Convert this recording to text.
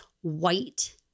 white